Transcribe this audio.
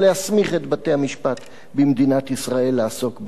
או להסמיך את בתי-המשפט במדינת ישראל לעסוק בהם.